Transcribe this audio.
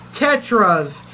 Tetras